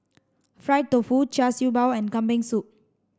fried tofu Char Siew Bao and Kambing soup